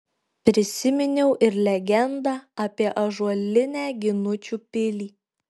prisiminiau ir legendą apie ąžuolinę ginučių pilį